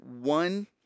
one